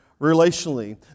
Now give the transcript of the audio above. relationally